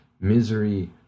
Misery